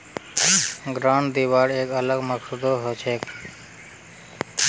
grant दिबार एक अलग मकसदो हछेक